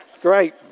Great